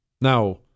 Now